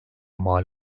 mal